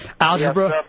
algebra